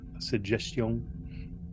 suggestion